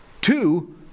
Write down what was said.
Two